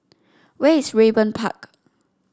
where is Raeburn Park